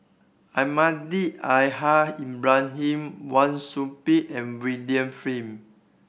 Almahdi Al Haj Ibrahim Wang Sui Pick and William Flint